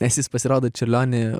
nes jis pasirodo čiurliony